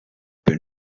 been